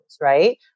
right